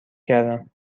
کردم